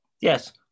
Yes